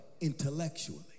intellectually